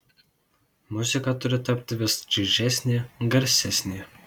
muzika turi tapti vis čaižesnė garsesnė